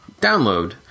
download